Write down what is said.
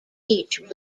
teach